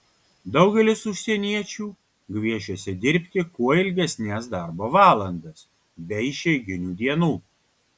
daugelis užsieniečių gviešiasi dirbti kuo ilgesnes darbo valandas be išeiginių dienų